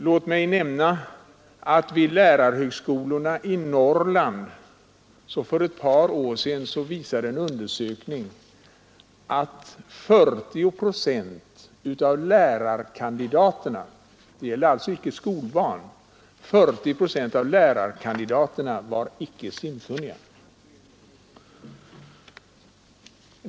Jag kan nämna att vid lärarhögskolorna i Norrland visade en undersökning för ett par år sedan att 40 procent av lärarkandidaterna — det gällde alltså inte skolbarn — inte var simkunniga.